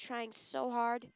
trying so hard